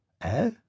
Eh